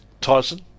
Tyson